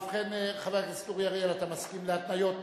ובכן, חבר הכנסת אורי אריאל, אתה מסכים להתניות?